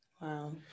Wow